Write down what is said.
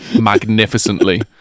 magnificently